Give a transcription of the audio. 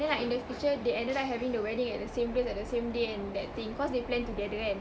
then like in the future they ended up having the wedding at the same place at the same day and that thing cause they plan together kan